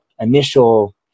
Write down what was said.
initial